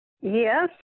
Yes